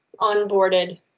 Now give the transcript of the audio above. onboarded